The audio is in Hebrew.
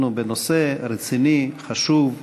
אנחנו בנושא רציני, חשוב.